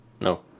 No